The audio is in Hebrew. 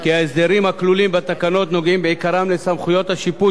כי ההסדרים הכלולים בתקנות נוגעים בעיקרם לסמכויות השיפוט